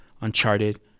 Uncharted